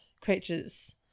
creatures